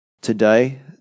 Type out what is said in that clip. today